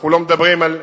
אנחנו לא מדברים על,